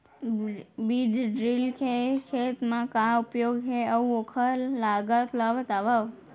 बीज ड्रिल के खेत मा का उपयोग हे, अऊ ओखर लागत ला बतावव?